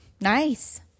nice